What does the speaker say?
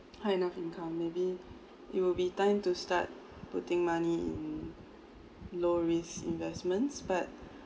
not enough income maybe it will be time to start putting money in low risks investments but